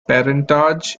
parentage